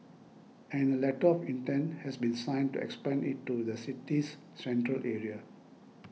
and a letter of intent has been signed to expand it to the city's central area